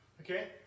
Okay